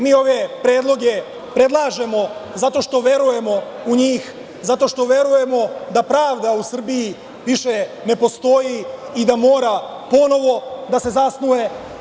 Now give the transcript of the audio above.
Mi ove predloge predlažemo zato što verujemo u njih, zato što verujemo da pravda u Srbiji više ne postoji i da mora ponovo da se zasnuje.